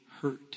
hurt